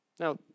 Now